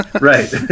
Right